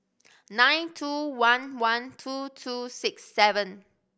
nine two one one two two six seven